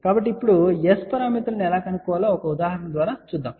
కాబట్టి ఇప్పుడు S పారామితులను ఎలా కనుగొనాలో ఒక ఉదాహరణ తీసుకుందాం